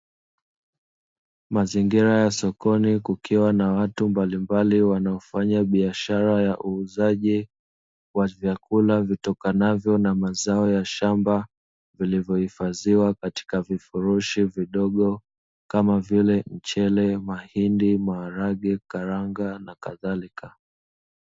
Mazingira ya sokoni kukiwa na watu mbalimbali wanaofanya biashara ya uuzaji wa vyakula vitokanavyo na mazao ya shamba, vilivyohifadhiwa katika vifurushi vidogo kama vile: mchele, mahindi, maharage, karanga na kadhalika.